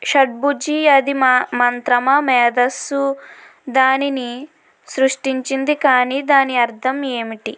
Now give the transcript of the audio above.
షట్బుజ్జి అది మా మంత్రమా మేధస్సు దానిని సృష్టించింది కానీ దాని అర్థం ఏమిటి